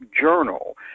Journal